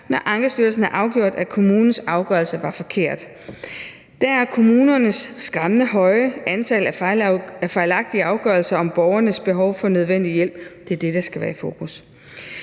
når Ankestyrelsen har afgjort, at kommunens afgørelse var forkert. Det er kommunernes skræmmende høje antal af fejlagtige afgørelser om borgernes behov for nødvendig hjælp, der skal være i fokus.